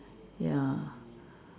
ya